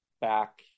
back